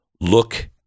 Look